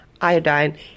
iodine